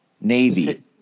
Navy